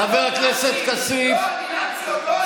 חבר הכנסת כסיף, לא, אני עץ לו, לא, עד הסוף.